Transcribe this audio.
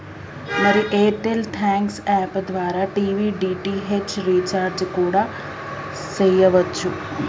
మరి Airtel thanks app ద్వారా TV DTH recharge కూడా సెయ్యవచ్చు